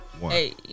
Hey